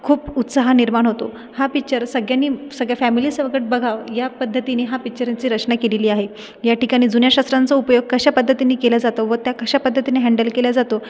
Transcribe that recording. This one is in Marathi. खूप उत्साह निर्माण होतो हा पिक्चर सगळ्यांनी सगळ्या फॅमिलीसकट बघावं या पद्धतीनी हा पिक्चरची रचना केलेली आहे या ठिकाणी जुन्या शस्त्रांचा उपयोग कशा पद्धतींनी केला जातो व त्या कशा पद्धतींनी हँडल केला जातो